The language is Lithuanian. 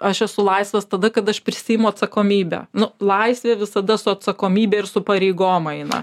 aš esu laisvas tada kada aš prisiimu atsakomybę nu laisvė visada su atsakomybe ir su pareigom eina